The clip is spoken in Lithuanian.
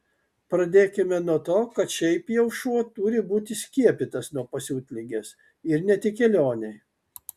pradėkime nuo to kad šiaip jau šuo turi būti skiepytas nuo pasiutligės ir ne tik kelionei